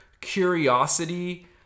curiosity